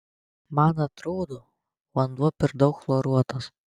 man atrodo vanduo per daug chloruotas